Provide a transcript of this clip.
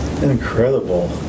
Incredible